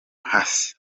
hasi